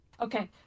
Okay